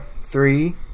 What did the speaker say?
three